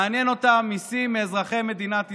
מעניין אותם מיסים מאזרחי מדינת ישראל.